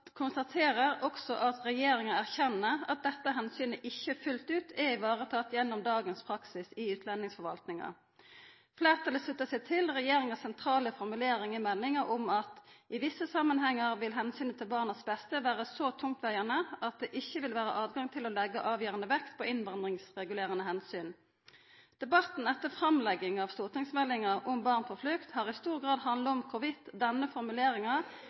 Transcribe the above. konstaterer også at regjeringa erkjenner at dette omsynet ikkje fullt ut er teke vare på gjennom dagens praksis i utlendingsforvaltninga. Fleirtalet sluttar seg til regjeringas sentrale formulering i meldinga om at «i visse sammenhenger vil hensynet til barnets beste være så tungtveiende at det ikke vil være adgang til å legge avgjørende vekt på innvandringsregulerende hensyn». Debatten etter framlegginga av stortingsmeldinga om barn på flukt har i stor grad handla om denne formuleringa